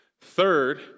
Third